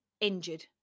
injured